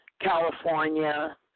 California